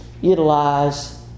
utilize